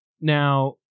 Now